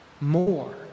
more